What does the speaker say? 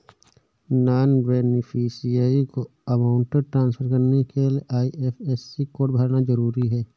non beneficiary को amount transfer करने के लिए आई.एफ.एस.सी कोड भरना जरूरी है